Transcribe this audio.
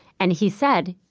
and he said,